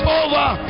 over